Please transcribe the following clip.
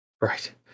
Right